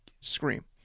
scream